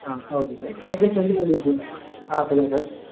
ஆ okay sir package வந்து உங்களுக்கு ஆ சொல்லுங்க சார்